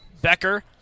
Becker